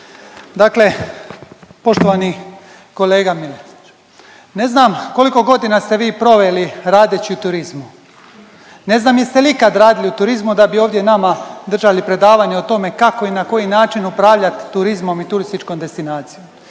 dakle poštovani kolega Miletić ne znam koliko godina ste vi proveli radeći u turizmu, ne znam jeste li ikad radili u turizmu da bi ovdje nama držali predavanje o tome kako i na koji način upravljat turizmom i turističkom destinacijom.